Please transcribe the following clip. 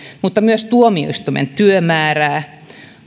mutta myös tuomioistuimen työmäärää